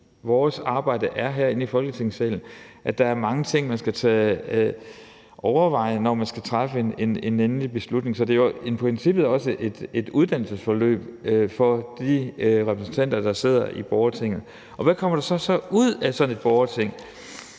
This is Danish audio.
vores arbejde her i Folketingssalen nogle gange er, altså at der er mange ting, man skal overveje, når man skal træffe en endelig beslutning. Så det er i princippet også et uddannelsesforløb for de repræsentanter, der sidder i borgertinget. Hvad kommer der så ud af sådan et borgerting?